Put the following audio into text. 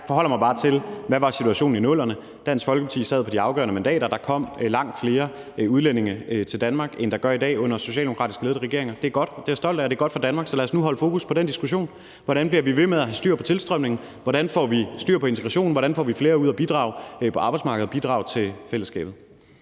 til, hvad situationen var i 00'erne. Dansk Folkeparti sad på de afgørende mandater, og der kom langt flere udlændinge til Danmark, end der gør i dag under socialdemokratisk ledede regeringer. Det er godt, og det er jeg stolt af; det er godt for Danmark. Så lad os nu holde fokus på den diskussion: Hvordan bliver vi ved med at have styr på tilstrømningen? Hvordan får vi styr på integrationen? Hvordan får vi flere ud at bidrage på arbejdsmarkedet og bidrage til fællesskabet?